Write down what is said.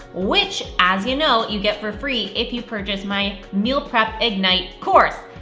which, as you know, you get for free if you purchase my meal prep ignite course.